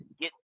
get